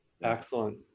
excellent